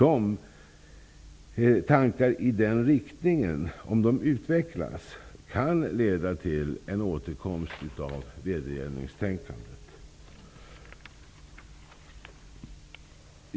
Om tankar i den riktningen utvecklas kan det leda till en återkomst av vedergällningstänkandet.